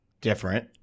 different